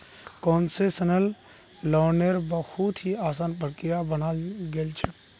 concessional लोन्नेर बहुत ही असान प्रक्रिया बनाल गेल छे